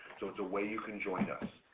so it's a way you can join us.